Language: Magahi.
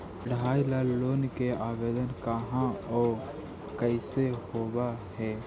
पढाई ल लोन के आवेदन कहा औ कैसे होब है?